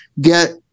get